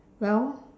well